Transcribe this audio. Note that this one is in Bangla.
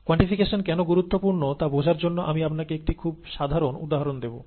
কোয়ান্টিফিকেশন কেন গুরুত্বপূর্ণ তা বোঝার জন্য আমি আপনাকে একটি খুব সাধারণ উদাহরণ দেব